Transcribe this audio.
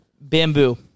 Bamboo